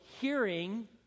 hearing